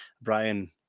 Brian